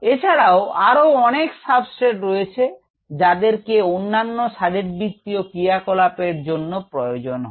এছাড়াও আরও অনেক সাবস্ট্রেট রয়েছে যাদেরকে অন্যান্য শারীরবৃত্তীয় ক্রিয়া কলাপ এর জন্য প্রয়োজন হয়